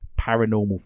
Paranormal